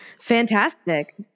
Fantastic